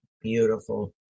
beautiful